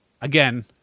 again